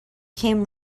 came